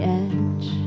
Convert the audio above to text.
edge